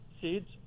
seeds